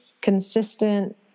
consistent